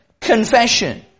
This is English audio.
confession